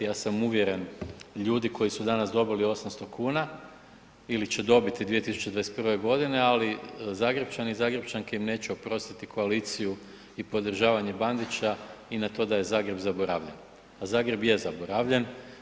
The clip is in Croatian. Ja sam uvjeren, ljudi koji su danas dobili 800 kuna ili će dobiti 2021. g., ali Zagrepčani i Zagrepčanke im neće oprostiti koaliciju i podržavanje Bandića i na to da je Zagreb zaboravljen, a Zagreb je zaboravljen.